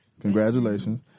Congratulations